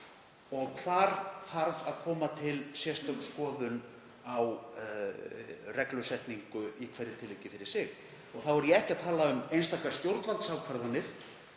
og hvar þurfi að koma til sérstök skoðun á reglusetningu í hverju tilviki fyrir sig. Þá er ég ekki að tala um einstakar stjórnvaldsákvarðanir.